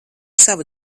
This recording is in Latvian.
savu